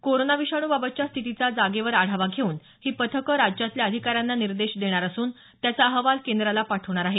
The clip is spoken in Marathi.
कोरोना विषाणूबाबतच्या स्थितीचा जागेवर आढावा घेऊन ही पथकं राज्यातल्या अधिकाऱ्यांना निर्देश देणार असून त्याचा अहवाल केंद्राला पाठवणार आहे